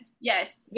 Yes